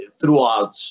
throughout